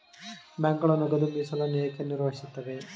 ಬ್ಯಾಂಕುಗಳು ನಗದು ಮೀಸಲನ್ನು ಏಕೆ ನಿರ್ವಹಿಸುತ್ತವೆ?